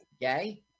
gay